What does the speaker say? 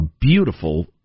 beautiful